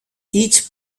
each